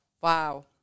wow